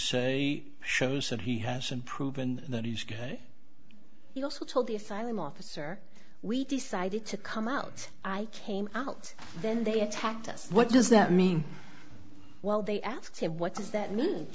say shows that he hasn't proven that he's gay he also told the asylum officer we decided to come out i came out then they attacked us what does that mean well they asked what does that